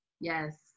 Yes